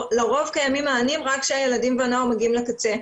לרוב קיימים מענים רק כשהילדים והנוער מגיעים לקצה,